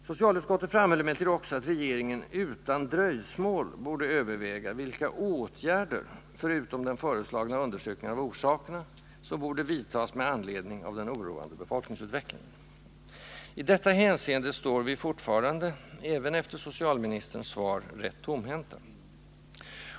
Socialutskottet framhöll emellertid också att regeringen utan dröjsmål borde överväga, vilka åtgärder — förutom den föreslagna undersökningen av orsakerna — som borde vidtas med anledning av den oroande befolkningsutvecklingen. I detta hänseende står vi fortfarande, även efter socialministerns svar, rätt tomhänta.